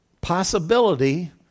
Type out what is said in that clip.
possibility